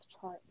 chart